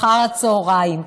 אחר הצוהריים,